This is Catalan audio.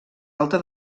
alta